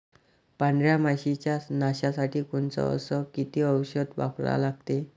पांढऱ्या माशी च्या नाशा साठी कोनचं अस किती औषध वापरा लागते?